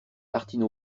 martine